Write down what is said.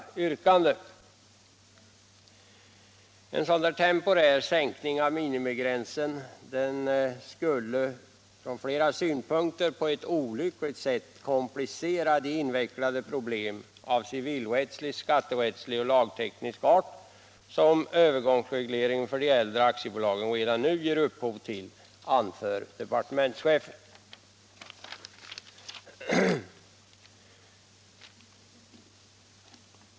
Departementschefen säger också att en sådan temporär sänkning av minimigränsen från flera synpunkter skulle på ett olyckligt sätt komplicera de invecklade problem av civilrättslig, skatterättslig och lagteknisk art som en övergångsreglering för de äldre aktiebolagen redan nu ger upphov till.